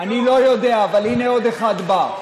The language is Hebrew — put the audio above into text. אני לא יודע, אבל הינה עוד אחד בא.